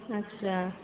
अच्छा